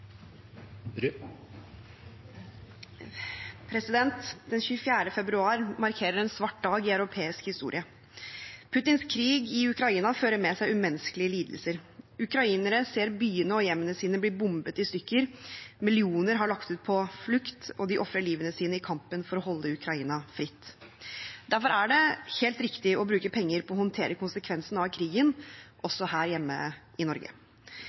europeisk historie. Putins krig i Ukraina fører med seg umenneskelige lidelser. Ukrainere ser byene og hjemmene sine bli bombet i stykker, millioner har lagt ut på flukt, og de ofrer livet sitt i kampen for å holde Ukraina fritt. Derfor er det helt riktig å bruke penger på å håndtere konsekvensene av krigen også her hjemme i Norge.